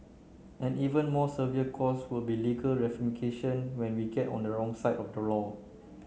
an even more severe cost would be legal ramification when we get on the wrong side of the law